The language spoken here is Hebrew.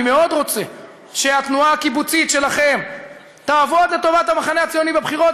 אני מאוד רוצה שהתנועה הקיבוצית שלכם תעבוד לטובת המחנה הציוני בבחירות.